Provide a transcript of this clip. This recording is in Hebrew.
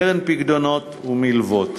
קרן פיקדונות ומלוות.